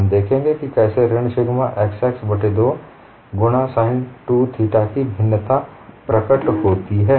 हम देखेंगे कि कैसे ऋण सिग्मा xx बट्टे 2 गुणा sin 2 थीटा की भिन्नता प्रकट होती है